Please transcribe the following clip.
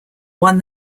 won